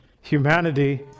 humanity